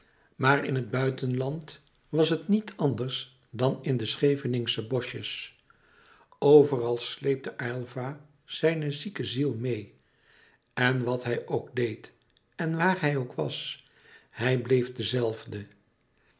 maar in het buitenland was het niet anders dan in de scheveningsche boschjes overal sleepte aylva zijne zieke ziel meê en wat hij ook deed en waar hij ook was hij bleef